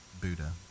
Buddha